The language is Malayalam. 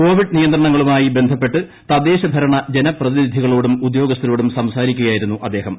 കോവിഡ് നിയന്ത്രണങ്ങളുമായി ബന്ധപ്പെട്ട് തദ്ദേശഭരണ ജനപ്രതിനിധികളോടും ഉദ്യോഗസ്ഥരോടും സംസാരിക്കുകയായിരുന്നു അദ്ദേഹം